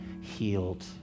healed